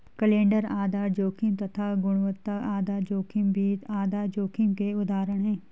calendar आधार जोखिम तथा गुणवत्ता आधार जोखिम भी आधार जोखिम के उदाहरण है